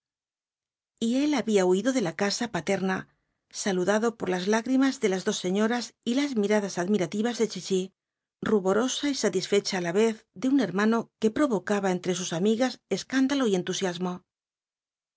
y él había huido de la casa paterna saludado por las lágrimas de las dos señoras y las miradas admirativas de chichi ruborosa y satisfecha á la vez de un hermano que provocaba entre sus amigas escándalo y entusiasmo